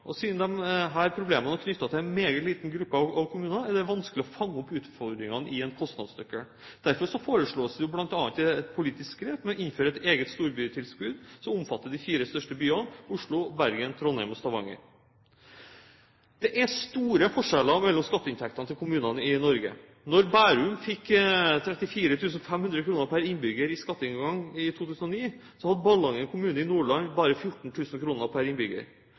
Siden disse problemene er knyttet til en meget liten gruppe av kommuner er det vanskelig å fange opp utfordringene i en kostnadsnøkkel. Derfor foreslås det bl.a. et politisk grep med å innføre et eget storbytilskudd som omfatter de fire største byene, Oslo, Bergen, Trondheim og Stavanger. Det er store forskjeller mellom skatteinntektene til kommunene i Norge. Mens Bærum fikk 34 500 kr pr. innbygger i skatteinngang i 2009, hadde Ballangen kommune i Nordland bare 14 000 kr pr. innbygger.